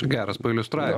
geras pailiustra